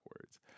words